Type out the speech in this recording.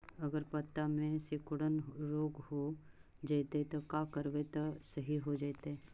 अगर पत्ता में सिकुड़न रोग हो जैतै त का करबै त सहि हो जैतै?